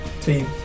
team